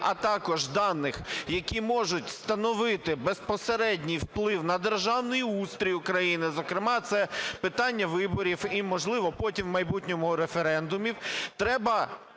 а також даних, які можуть становити безпосередній вплив на державний устрій України, зокрема, це питання виборів і, можливо, потім в майбутньому референдумів, треба